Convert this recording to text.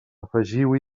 afegiu